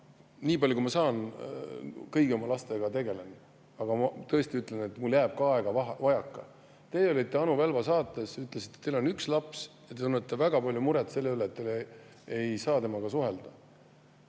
seda. Nii palju, kui ma saan, ma kõigi oma lastega tegelen, aga ma tõesti ütlen, et mul jääb aega vajaka. Teie olite Anu Välba saates ja ütlesite, et teil on üks laps ja te tunnete väga palju muret selle pärast, et te ei saa temaga suhelda. Tõesti